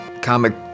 comic